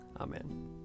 Amen